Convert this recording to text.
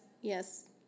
Yes